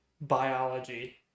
Biology